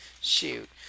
Shoot